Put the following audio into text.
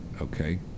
okay